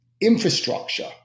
infrastructure